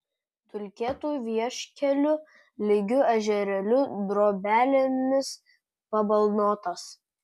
dulkėtu vieškeliu lygiu ežerėliu drobelėmis pabalnotas